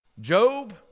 Job